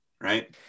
right